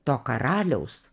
to karaliaus